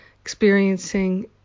Experiencing